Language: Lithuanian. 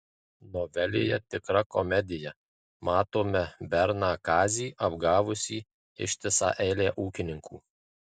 novelėje tikra komedija matome berną kazį apgavusį ištisą eilę ūkininkų